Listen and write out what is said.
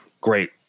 great